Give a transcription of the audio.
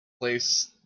place